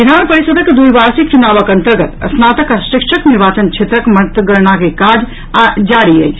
विधान परिषदक द्विवार्षिक चुनावक अन्तर्गत स्तानक आ शिक्षक निर्वाचन क्षेत्रक मतगणना के काज जारी अछि